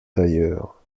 tailleur